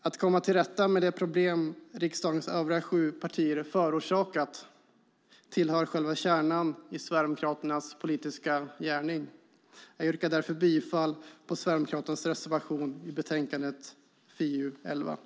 Att komma till rätta med de problem som riksdagens övriga sju partier har förorsakat tillhör själva kärnan i Sverigedemokraternas politiska gärning. Jag yrkar därför bifall till Sverigedemokraternas reservation i finansutskottets förslag till betänkande 11.